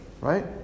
Right